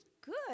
good